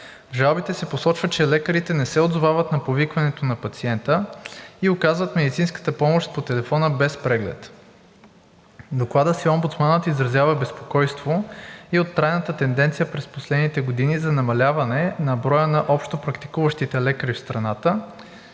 жалбите се посочва, че лекарите не се отзовават на повикването на пациента или оказват медицинската помощ по телефона без преглед. В Доклада си омбудсманът изразява безпокойство и от трайната тенденция през последните години за намаляване на броя на общопрактикуващите лекари в страната,